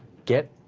get